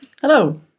Hello